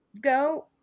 go